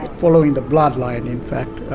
following the bloodline in fact,